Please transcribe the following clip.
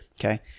Okay